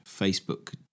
Facebook